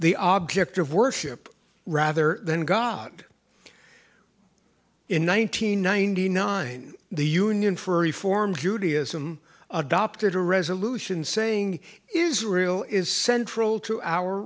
the object of worship rather than god in one nine hundred ninety nine the union for reform judaism adopted a resolution saying israel is central to our